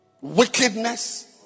Wickedness